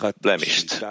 blemished